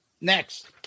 next